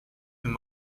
him